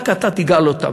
רק אתה תגאל אותם.